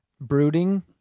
brooding